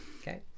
okay